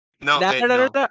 no